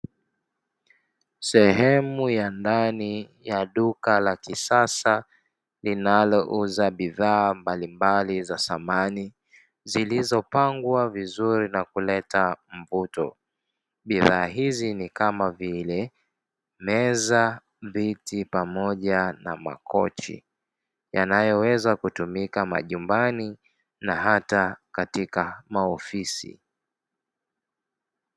Sehemu ya ndani ya duka la kisasa linalouza bidhaa mbalimbali za samani, zilizopangwa vizuri na kuleta mvuto. Bidhaa hizi ni kama vile meza, viti, pamoja na makochi; yanayoweza kutumika majumbani na hata katika maofisi.